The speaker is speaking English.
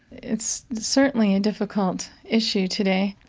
it's certainly a difficult issue today.